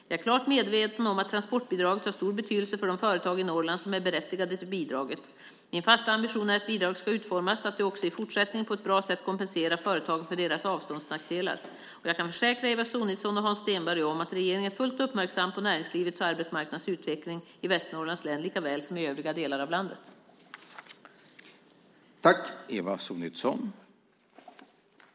Jag är klart medveten om att transportbidraget har stor betydelse för de företag i Norrland som är berättigade till bidraget. Min fasta ambition är att bidraget ska utformas så att det också i fortsättningen på ett bra sätt kompenserar företagen för deras avståndsnackdelar. Jag kan försäkra Eva Sonidsson och Hans Stenberg om att regeringen är fullt uppmärksam på näringslivets och arbetsmarknadens utveckling i Västernorrlands län lika väl som i övriga delar av landet. Då Hans Stenberg, som framställt en av interpellationerna, anmält att han var förhindrad att närvara vid sammanträdet medgav talmannen att Jasenko Omanovic i stället fick delta i överläggningen.